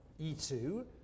e2